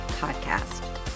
Podcast